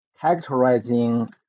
characterizing